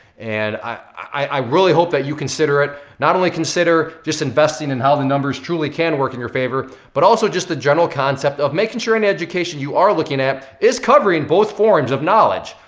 and i really hope that you consider it. not only consider just investing in how the numbers truly can work in your favor, but also just the general concept of making sure an education you are looking at is covering both forms of knowledge.